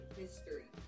history